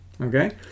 okay